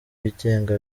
byigenga